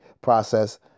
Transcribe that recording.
process